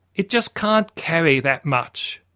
it just can't carry that much,